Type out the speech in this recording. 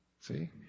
See